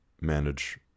manage